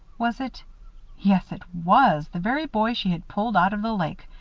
was it yes, it was the very boy she had pulled out of the lake,